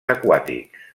aquàtics